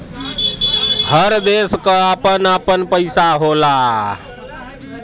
हर देश क आपन आपन पइसा होला